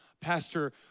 pastor